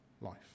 life